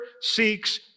seeks